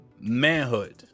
manhood